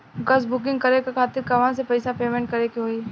Gas booking करे के खातिर कहवा से पैसा पेमेंट करे के होई?